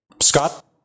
Scott